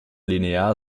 linear